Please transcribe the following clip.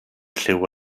lliw